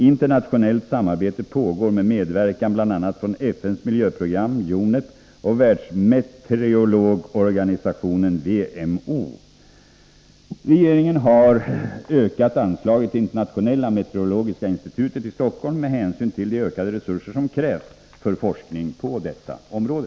Internationellt samarbete pågår med medverkan bl.a. från FN:s miljöprogram, UNEP, och Världsmeteorologorganisationen, WMO. Regeringen har ökat anslaget till Internationella meteorologiska institutet i Stockholm med hänsyn till de ökade resurser som krävs för forskning på detta område.